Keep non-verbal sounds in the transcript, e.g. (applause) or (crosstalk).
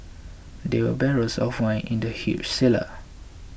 (noise) there were barrels of wine in the huge cellar